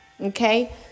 okay